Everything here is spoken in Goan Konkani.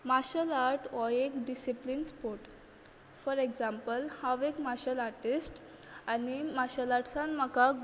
मार्शेल आर्ट हो एक डिसील्पीन स्पोर्ट फोर एक एग्जांपल हांव एक मार्शेल आर्टीश्ट आनी मार्शेल आर्टसान म्हाका